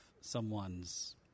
someone's